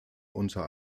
unter